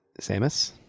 Samus